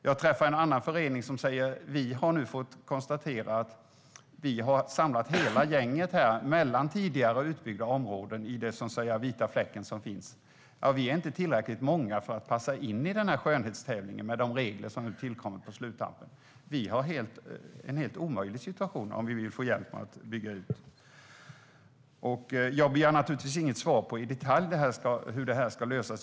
Jag träffade en annan förening som hade fått veta att de trots att de samlat alla boende i den vita fläcken mellan utbyggda områden inte var tillräckligt många för att passa in i skönhetstävlingen, med de regler som tillkommit på sluttampen. Deras situation var helt omöjlig när det gällde att få hjälp att bygga ut bredband. Jag begär givetvis inget svar i detalj på hur detta ska lösas.